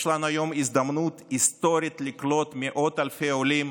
יש לנו היום הזדמנות היסטורית לקלוט מאות אלפי עולים